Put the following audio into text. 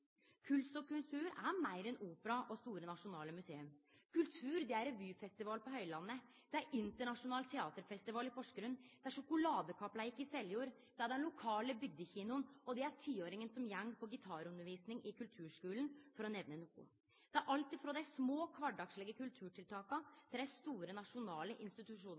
Kunst og kultur er meir enn opera og store nasjonale museum. Kultur er revyfestivalen på Høylandet, det er internasjonal teaterfestival i Porsgrunn, det er sjokoladekappleik i Seljord, det er den lokale bygdekinoen og det er tiåringen som går på gitarundervisning i kulturskulen, for å nemne noko. Det er alt frå dei små, kvardagslege kulturtiltaka til dei store nasjonale